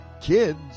kids